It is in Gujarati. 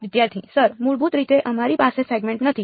વિદ્યાર્થી સર મૂળભૂત રીતે અમારી પાસે સેગમેન્ટ નથી